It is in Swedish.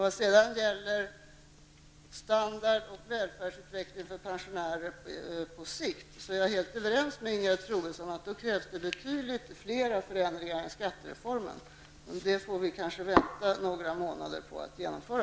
Vad sedan gäller frågan om standard och välfärdsutveckling för pensionärerna på sikt är jag överens med Ingegerd Troedsson om att det krävs betydligt fler förändringar än skattereformen. Men sådant får vi kanske vänta några månader med att genomföra.